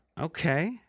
Okay